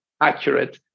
accurate